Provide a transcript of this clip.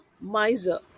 miser